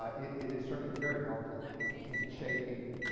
ah it it is certainly very helpful in in shaping,